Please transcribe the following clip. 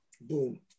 boom